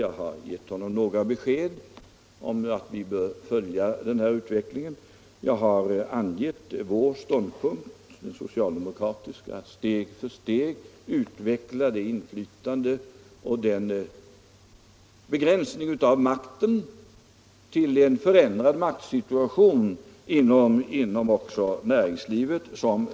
Han har fått några besked. Jag har sagt att vi bör följa utvecklingen. Jag har angivit den socialdemokratiska ståndpunkten — att vi steg för steg skall utveckla inflytandet och att vi tar sikte på en begränsning av makten till en förändrad maktsituation också inom näringslivet.